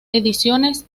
ediciones